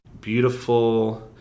beautiful